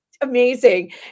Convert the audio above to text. amazing